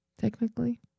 Technically